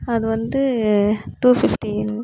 அது வந்து two fifteen